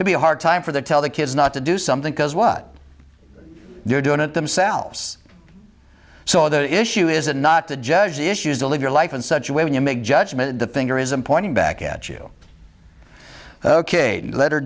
would be a hard time for the tell the kids not to do something because what they're doing it themselves so the issue is and not to judge issues to live your life in such a way when you make judgment the finger isn't pointing back at you ok the letter